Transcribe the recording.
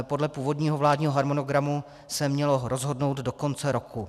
Podle původního vládního harmonogramu se mělo rozhodnout do konce roku.